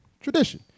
tradition